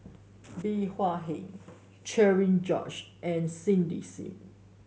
Bey Hua Heng Cherian George and Cindy Sim